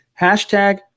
Hashtag